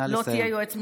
לא תהיה יועץ משפטי.